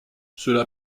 cela